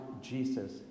Jesus